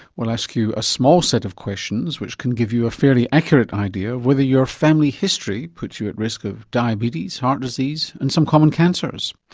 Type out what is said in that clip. we'll ask you a small set of questions which can give you a fairly accurate idea of whether your family history puts you at risk of diabetes, heart disease and some common cancers.